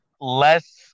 less